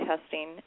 testing